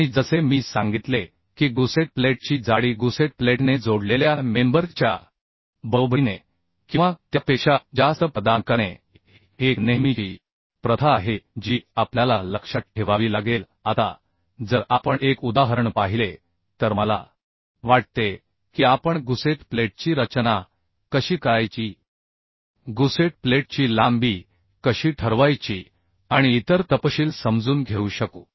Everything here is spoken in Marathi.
आणि जसे मी सांगितले की गुसेट प्लेटची जाडी गुसेट प्लेटने जोडलेल्या मेंबर च्या बरोबरीने किंवा त्यापेक्षा जास्त प्रदान करणे ही एक नेहमीची प्रथा आहे जी आपल्याला लक्षात ठेवावी लागेल आता जर आपण एक उदाहरण पाहिले तर मला वाटते की आपण गुसेट प्लेटची रचना कशी करायची गुसेट प्लेटची लांबी कशी ठरवायची आणि इतर तपशील समजून घेऊ शकू